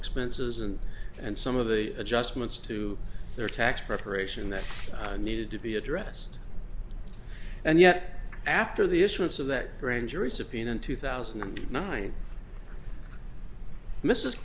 expenses and and some of the adjustments to their tax preparation that needed to be addressed and yet after the issuance of that grand jury subpoena in two thousand and nine mrs